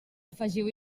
afegiu